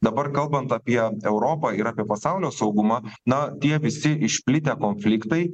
dabar kalbant apie europą ir apie pasaulio saugumą na tie visi išplitę konfliktai